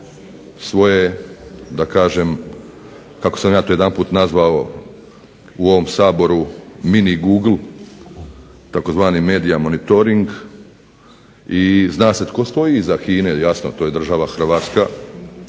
svoje da kažem kako sam ja to jedanput nazvao u ovom Saboru mini Google, tzv. "medija monitoring", i zna se tko stoji iza HINA-e, jasno to je država Hrvatska,